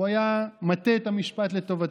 הוא היה מטה את המשפט לטובתו.